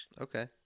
Okay